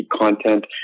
content